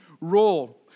role